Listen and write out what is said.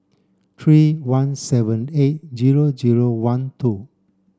three one seven eight zero zero one two